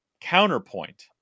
Counterpoint